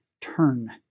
turn